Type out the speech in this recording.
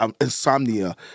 Insomnia